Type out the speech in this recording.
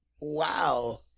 Wow